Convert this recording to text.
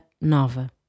nova